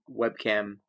webcam